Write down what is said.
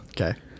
okay